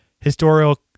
historical